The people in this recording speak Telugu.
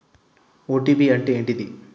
ఓ.టీ.పి అంటే ఏంటిది?